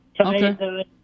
Okay